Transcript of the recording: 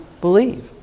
believe